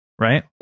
right